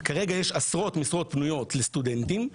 כרגע יש עשרות משרות פנויות לסטודנטים,